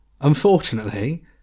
unfortunately